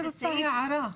אני רוצה להעיר הערה.